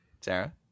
Sarah